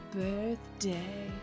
birthday